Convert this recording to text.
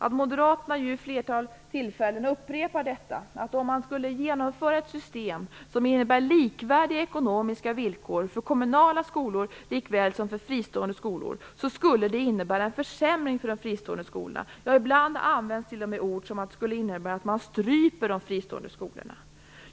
Moderaterna har vid ett flertal tillfällen upprepat att om man skulle genomföra ett system som innebär likvärdiga ekonomiska villkor för kommunala och fristående skolor, skulle det innebära en försämring för de fristående skolorna. Ibland talar de t.o.m. om att man på detta sätt skulle strypa de fristående skolorna.